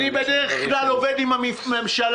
אני בדרך כלל עובד עם הממשלה.